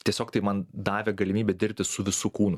tiesiog tai man davė galimybę dirbti su visu kūnu